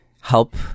help